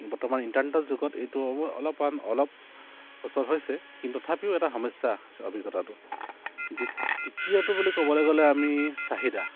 বৰ্তমান ইণ্টাৰনেটৰ যুগত এইটো অলপমান অলপ সচল হৈছে কিন্তু তথাপিও এটা সমস্যা হৈছে অভিজ্ঞতাটো দ্বিত দ্বিতীয়টো বুলি ক'বলৈ গ'লে আমি চাহিদা